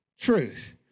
truth